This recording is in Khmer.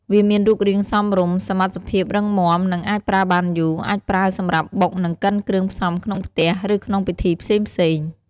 វាមានរូបរាងសមរម្យ សមត្ថភាពរឹងមាំ និងអាចប្រើបានយូរ អាចប្រើសម្រាប់បុកនិងកិនគ្រឿងផ្សំក្នុងផ្ទះ ឬក្នុងពិធីផ្សេងៗ។